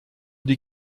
die